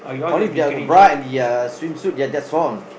only if you have a bra and the uh swimsuit ya that's all